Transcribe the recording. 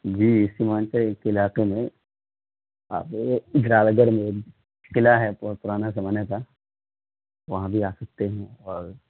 جی سیمانچل کے علاقے میں اب یہ جلال گڑھ میں قلعہ ہے بہت پرانا زمانے کا وہاں بھی آ سکتے ہیں اور